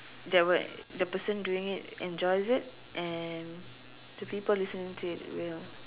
that were the person doing it enjoys it and the people listening to it will